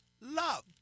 love